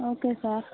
okay sir